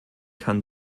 kann